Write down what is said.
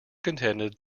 contended